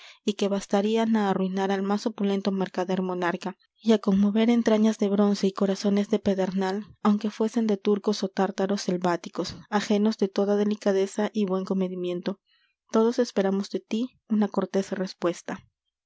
y que bastarian á arruinar al más opulento mercader monarca y á conmover entrañas de bronce y corazones de pedernal aunque fuesen de turcos ó tártaros selváticos ajenos de toda delicadeza y buen comedimiento todos esperamos de tí una cortes respuesta